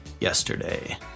yesterday